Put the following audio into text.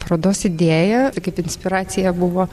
parodos idėja kaip inspiracija buvo